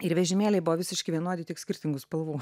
ir vežimėliai buvo visiškai vienodi tik skirtingų spalvų